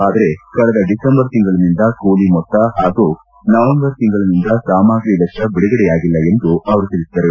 ಆದರೆ ಕಳೆದ ಡಿಸೆಂಬರ್ ತಿಂಗಳಿನಿಂದ ಕೂಲಿ ಮೊತ್ತ ಹಾಗೂ ನವೆಂಬರ್ ತಿಂಗಳಿನಿಂದ ಸಾಮಗ್ರಿ ವೆಚ್ನ ಬಿಡುಗಡೆಯಾಗಿಲ್ಲ ಎಂದು ತಿಳಿಸಿದರು